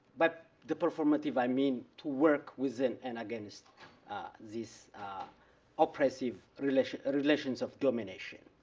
but the performative i mean to work within and against this oppressive relations relations of domination.